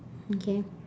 okay